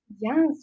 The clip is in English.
Yes